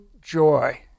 joy